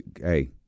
Hey